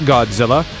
Godzilla